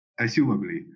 assumably